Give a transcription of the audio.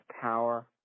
power